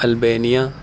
Albania